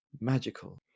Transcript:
magical